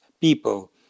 people